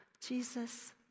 Jesus